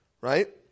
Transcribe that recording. right